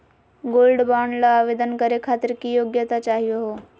Gold bond ल आवेदन करे खातीर की योग्यता चाहियो हो?